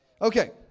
Okay